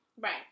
right